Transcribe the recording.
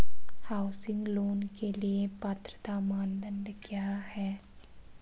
Housing loan के लिए पात्रता मानदंड क्या हैं?